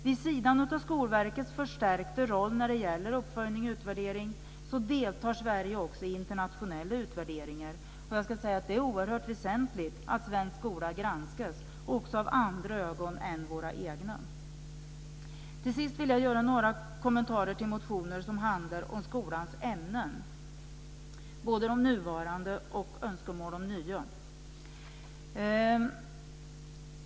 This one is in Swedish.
Vid sidan av Skolverkets förstärkta roll i uppföljning och utvärdering deltar Sverige också i internationella utvärderingar. Det är oerhört väsentligt att svensk skola granskas också av andra ögon än våra egna. Till sist vill jag göra några kommentarer till motioner som handlar om skolans ämnen, både de nuvarande och önskemål om nya.